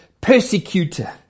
persecutor